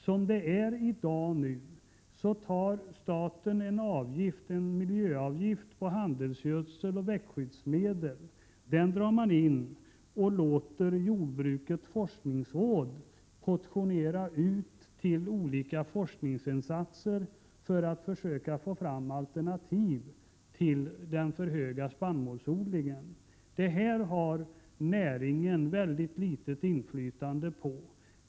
Som det är i dag tar staten en miljöavgift på handelsgödsel och växtskyddsmedel. Den låter man jordbrukets forskningsråd portionera ut till olika forskningsinsatser för att försöka få fram alternativ till den för stora spannmålsproduktionen. Här har näringen mycket litet inflytande.